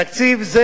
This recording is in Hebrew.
תקציב זה,